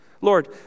Lord